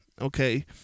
Okay